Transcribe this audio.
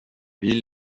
ville